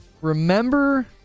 remember